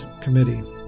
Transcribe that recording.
Committee